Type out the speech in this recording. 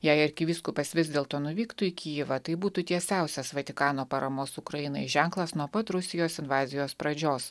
jei arkivyskupas vis dėlto nuvyktų į kijevą tai būtų tiesiausias vatikano paramos ukrainai ženklas nuo pat rusijos invazijos pradžios